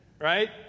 right